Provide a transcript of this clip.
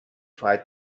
try